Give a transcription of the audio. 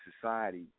society